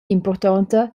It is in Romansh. impurtonta